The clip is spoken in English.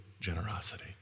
generosity